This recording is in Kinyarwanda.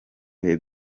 bihe